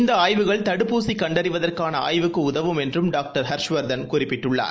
இந்த ஆய்வுகள் தடுப்பூசிகண்டறிவதற்கானஆய்வுக்குஉதவும் என்றும் டாக்டர் ஹர்ஷவர்தன் குறிப்பிட்டுள்ளார்